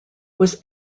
was